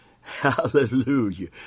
Hallelujah